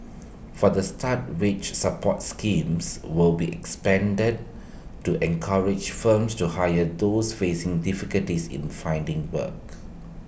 for the start wage support schemes will be expanded to encourage firms to hire those facing difficulties in finding work